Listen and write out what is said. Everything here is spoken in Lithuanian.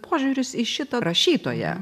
požiūris į šitą rašytoją